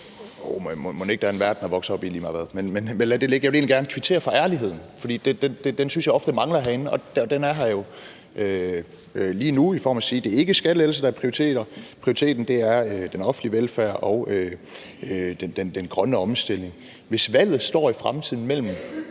at det ikke er skattelettelser, der er prioriteten; det er den offentlige velfærd og den grønne omstilling. Hvis valget i fremtiden står mellem